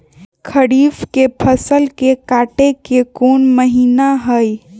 खरीफ के फसल के कटे के कोंन महिना हई?